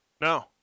No